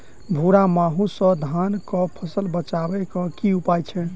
भूरा माहू सँ धान कऽ फसल बचाबै कऽ की उपाय छै?